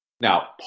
Now